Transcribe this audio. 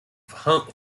food